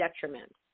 detriment